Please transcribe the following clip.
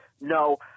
No